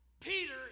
Peter